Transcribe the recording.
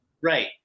Right